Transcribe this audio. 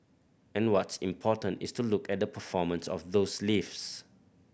and what's important is to look at the performance of those lifts